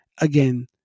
again